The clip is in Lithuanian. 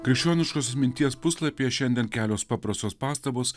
krikščioniškosios minties puslapyje šiandien kelios paprastos pastabos